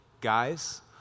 Guys